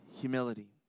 humility